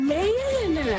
Man